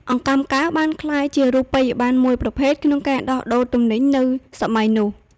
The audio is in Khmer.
អង្កាំកែវ បានក្លាយជារូបិយប័ណ្ណមួយប្រភេទក្នុងការដោះដូរទំនិញនៅសម័យនោះ។